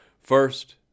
First